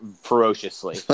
ferociously